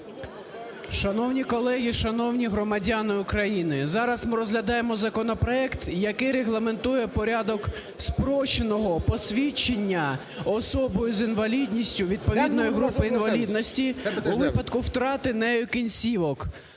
Шановні колеги, шановні громадяни України! Зараз ми розглядаємо законопроект, який регламентує порядок спрощеного посвідчення особою з інвалідністю відповідної групи інвалідності у випадку втрати нею кінцівок.